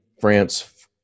France